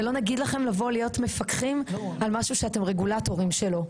ולא נגיד לכם לבוא להיות מפקחים על משהו שאתם רגולטורים שלו.